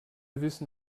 wissen